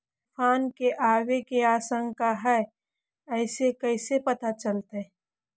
तुफान के आबे के आशंका है इस कैसे पता चलतै?